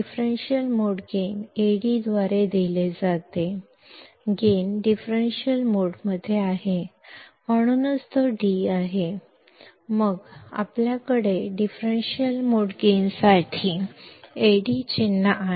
differential mode gain Ad द्वारे दिले जाते गेन डिफरेंशियल मोडमध्ये आहे म्हणूनच तो d आहे मग आपल्याकडे डिफरेंशियल मोड गेनसाठी Ad चिन्ह आहे